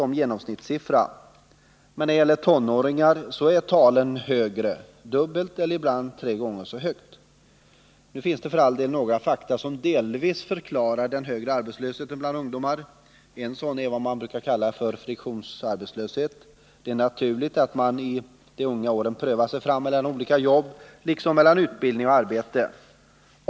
Men för tonåringar är procenttalet högre — dubbelt så högt eller ibland tre gånger så högt. Nu finns det för all del några faktorer som delvis förklarar den högre arbetslösheten bland ungdomar. En sådan faktor är vad man brukar kalla friktionsarbetslöshet. Det är naturligt att man i unga år prövar sig fram mellan olika jobb, liksom mellan utbildning och arbete.